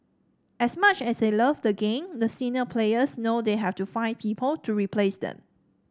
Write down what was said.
as much as they love the game the senior players know they have to find people to replace them